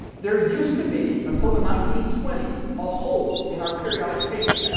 there used to be, until the nineteen twenty s, a hole in our periodic table.